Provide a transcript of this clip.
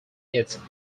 its